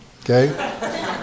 Okay